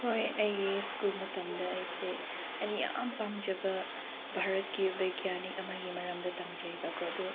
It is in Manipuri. ꯍꯣꯏ ꯑꯩꯒꯤ ꯁ꯭ꯀꯨꯜ ꯃꯇꯝꯗ ꯑꯩꯁꯦ ꯑꯩꯅ ꯌꯥꯝ ꯄꯥꯝꯖꯕ ꯚꯥꯔꯠꯀꯤ ꯕꯩꯘ꯭ꯌꯥꯅꯤꯛ ꯑꯃꯒꯤ ꯃꯔꯝꯗ ꯇꯝꯖꯩꯑꯕꯀꯣ ꯑꯗꯨ